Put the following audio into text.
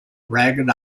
ragged